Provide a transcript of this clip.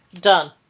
done